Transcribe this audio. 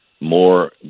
more